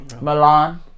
Milan